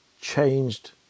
changed